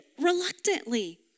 reluctantly